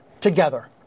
together